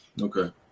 Okay